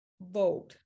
vote